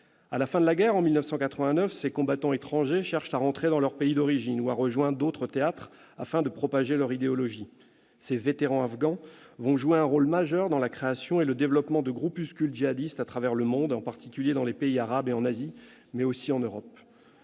À la fin de la guerre, en 1989, ces combattants étrangers cherchent à rentrer dans leurs pays d'origine ou à rejoindre d'autres théâtres, afin de propager leur idéologie. Ces « vétérans afghans » vont jouer un rôle majeur dans la création et le développement de groupuscules djihadistes à travers le monde, en particulier dans les pays arabes et en Asie, mais aussi en Europe.